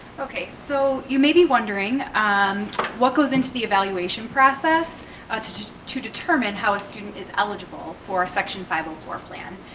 okay, so you may be wondering um what goes into the evaluation process to determine how a student is eligible for section five hundred and four plan.